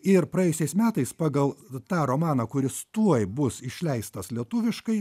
ir praėjusiais metais pagal tą romaną kuris tuoj bus išleistas lietuviškai